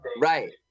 Right